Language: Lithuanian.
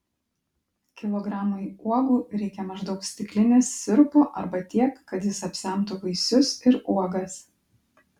kilogramui uogų reikia maždaug stiklinės sirupo arba tiek kad jis apsemtų vaisius ir uogas